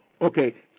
okay